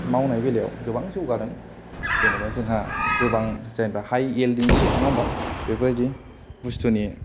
मावनाय बेलायाव गोबां जौगादों जेनेबा जोंहा गोबां जेनेबा हाय येलडिं सिड नङा होनबा बेबाादि बुस्तुनि